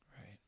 Right